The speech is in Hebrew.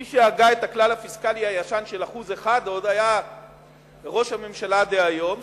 מי שהגה את הכלל הפיסקלי הישן של 1% היה ראש הממשלה דהיום,